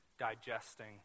digesting